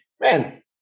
Man